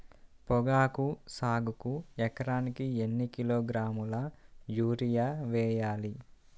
పొగాకు సాగుకు ఎకరానికి ఎన్ని కిలోగ్రాముల యూరియా వేయాలి?